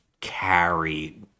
carry